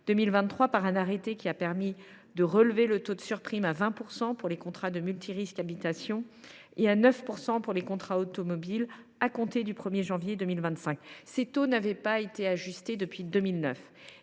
2023 par un arrêté qui a relevé le taux de surprime à 20 % pour les contrats multirisques habitation et à 9 % pour les contrats automobiles à compter du 1 janvier 2025. Ces taux n’avaient pas été ajustés depuis 2009